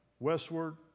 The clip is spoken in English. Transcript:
westward